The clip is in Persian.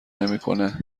نمیکنه